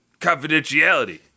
Confidentiality